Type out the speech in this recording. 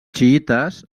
xiïtes